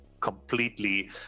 completely